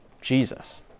Jesus